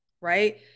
right